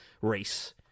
race